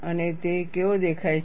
અને તે કેવો દેખાય છે